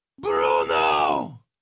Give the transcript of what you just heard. Bruno